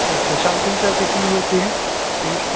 अच्छा something sir कितनी होती हैं फीस